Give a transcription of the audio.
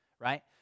right